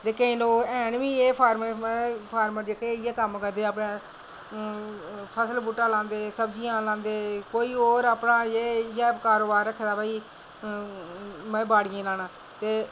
ते केईं लोक हैन बी एह् इ'यै फॉर्मर अपना कम्म करदे फसल बूह्टा लांदे सब्जियां लांदे कोई होर अपना इ'यै कारोबार रक्खे दा भई मतलब बाड़ियें गी लाना ते